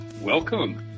welcome